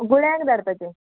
गुण्यार धाडपाचे